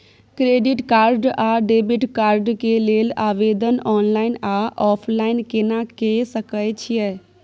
Credit card आ debit card के लेल आवेदन ऑनलाइन आ ऑफलाइन केना के सकय छियै?